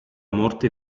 morte